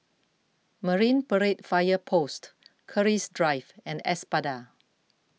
Marine Parade Fire Post Keris Drive and Espada